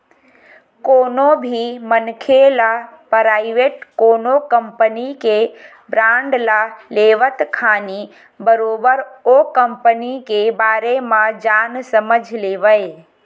कोनो भी मनखे ल पराइवेट कोनो कंपनी के बांड ल लेवत खानी बरोबर ओ कंपनी के बारे म जान समझ लेवय